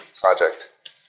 project